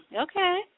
Okay